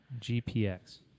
Gpx